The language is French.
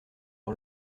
sur